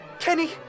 Kenny